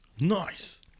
Nice